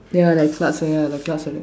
ya like clutch ya like clutch like that